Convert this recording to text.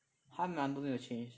他 number 没有 change